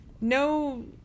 No